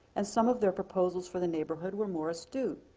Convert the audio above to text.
and some of their proposals for the neighborhood were more astute.